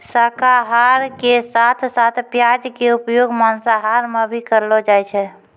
शाकाहार के साथं साथं प्याज के उपयोग मांसाहार मॅ भी करलो जाय छै